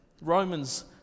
Romans